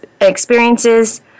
experiences